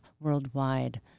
worldwide